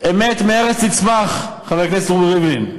"אמת מארץ תצמח", חבר הכנסת רובי ריבלין,